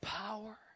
power